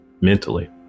Mentally